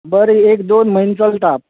बरें एक दोन म्हयने चलता